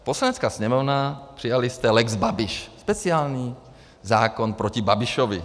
Poslanecká sněmovna přijali jste lex Babiš, speciální zákon proti Babišovi.